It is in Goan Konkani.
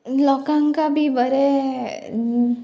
लोकांका बी बरें